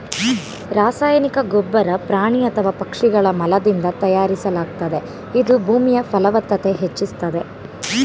ರಾಸಾಯನಿಕ ಗೊಬ್ಬರ ಪ್ರಾಣಿ ಅಥವಾ ಪಕ್ಷಿಗಳ ಮಲದಿಂದ ತಯಾರಿಸಲಾಗ್ತದೆ ಇದು ಭೂಮಿಯ ಫಲವ್ತತತೆ ಹೆಚ್ಚಿಸ್ತದೆ